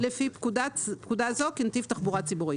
--- לפי פקודה זו כנתיב תחבורה ציבורית.